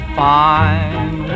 fine